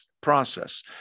process